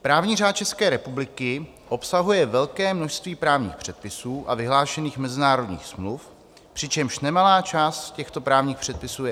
Právní řád České republiky obsahuje velké množství právních předpisů a vyhlášených mezinárodních smluv, přičemž nemalá část těchto právních předpisů je obsoletních.